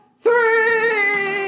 three